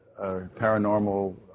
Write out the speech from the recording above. paranormal